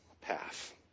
path